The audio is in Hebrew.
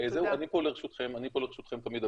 אני פה לרשותכם תמיד,